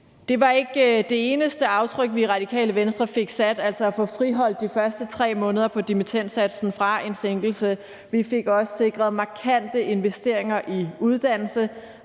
Det var ikke det eneste aftryk, vi i Radikale Venstre fik sat – altså at få friholdt de første 3 måneder på dimittendsatsen fra en sænkelse. Vi fik også sikret markante investeringer i uddannelse,